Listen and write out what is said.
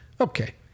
Okay